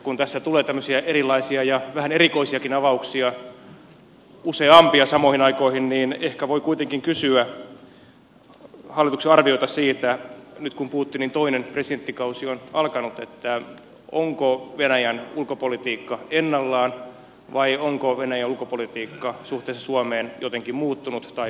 kun tässä tulee tällaisia erilaisia ja vähän erikoisiakin avauksia useampia samoihin aikoihin niin ehkä voi kuitenkin kysyä hallituksen arviota siitä nyt kun putinin toinen presidenttikausi on alkanut onko venäjän ulkopolitiikka ennallaan vai onko venäjän ulkopolitiikka suhteessa suomeen jotenkin muuttunut tai muuttumassa